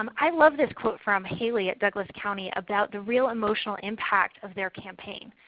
um i love this quote from haley at douglas county about the real emotional impact of their campaign.